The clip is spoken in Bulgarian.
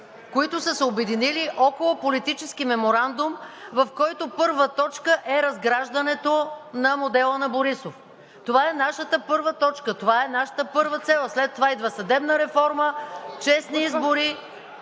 които са се обединили около политически меморандум, в който първа точка е разграждането на модела на Борисов. Това е нашата първа точка, това е нашата първа цел. След това идва съдебна реформа, честни избори,